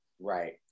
right